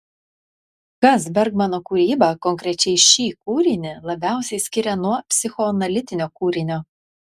kas bergmano kūrybą konkrečiai šį kūrinį labiausiai skiria nuo psichoanalitinio kūrinio